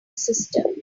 sister